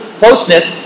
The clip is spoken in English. closeness